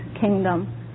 kingdom